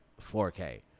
4K